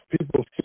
people